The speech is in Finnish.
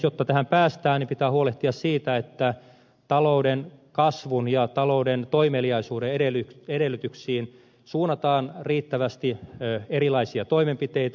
jotta tähän päästään niin pitää huolehtia siitä että talouden kasvun ja talouden toimeliaisuuden edellytyksiin suunnataan riittävästi erilaisia toimenpiteitä